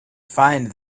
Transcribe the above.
find